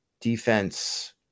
defense